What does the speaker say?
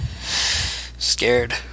Scared